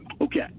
okay